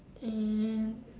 um